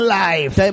life